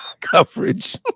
coverage